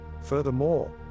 Furthermore